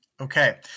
Okay